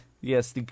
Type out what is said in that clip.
yes